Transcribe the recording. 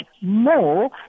more